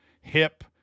hip